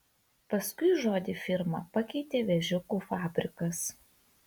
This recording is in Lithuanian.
paskui žodį firma pakeitė vėžiukų fabrikas